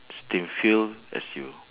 still feel as you